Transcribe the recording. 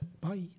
Bye